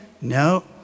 No